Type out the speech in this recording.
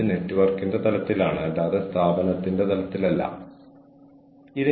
എനിക്ക് ഉറപ്പുണ്ട് നിങ്ങൾക്കെല്ലാവർക്കും സ്വന്തമായി സമാനമായ ഉദാഹരണങ്ങൾ കൊണ്ടുവരാൻ കഴിയും